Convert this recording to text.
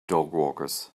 dogwalkers